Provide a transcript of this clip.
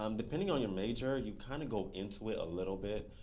um depending on your major, you kind of go into it a little bit,